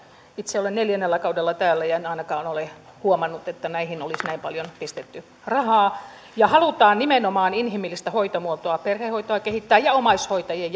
itse olen neljännellä kaudella täällä ja en ainakaan ole huomannut että näihin olisi näin paljon pistetty rahaa ja halutaan nimenomaan inhimillistä hoitomuotoa perhehoitoa kehittää ja omaishoitajien